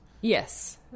Yes